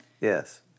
Yes